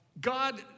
God